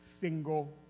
single